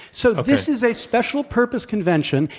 so, this is a special purpose convention,